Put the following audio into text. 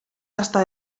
hasta